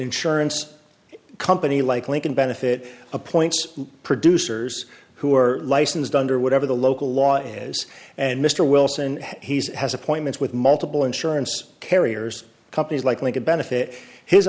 insurance company like lincoln benefit appoints producers who are licensed under whatever the local law is and mr wilson has appointments with multiple insurance carriers companies likely to benefit his